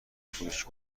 فروشی